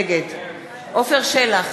נגד עפר שלח,